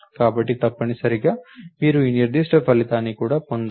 కాబట్టి తప్పనిసరిగా మీరు ఈ నిర్దిష్ట ఫలితాన్ని పొందాలి